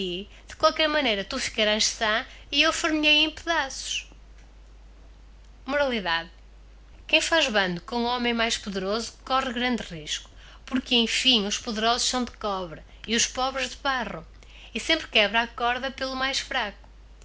de qualquer maneira tu ficarás sã e eu far me hei em pedaços moralidade quem faz bando com lioraem mais poderoso corre grande risco porque em hm os poderosos são de cobre e os pobres de barro e sempre quebra a corda pelo mais fraco